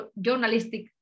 journalistic